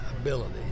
ability